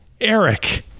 eric